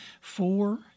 four